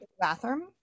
bathroom